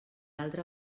altra